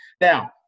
now